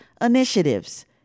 initiatives